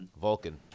Vulcan